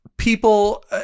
people